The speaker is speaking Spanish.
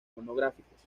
monográficos